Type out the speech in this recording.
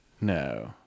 No